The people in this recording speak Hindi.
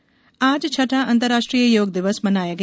योग दिवस आज छठा अंतर्राष्ट्रीय योग दिवस मनाया गया